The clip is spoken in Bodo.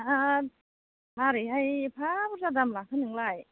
दा मारैहाय एफा बुरजा दाम लाखो नोंलाय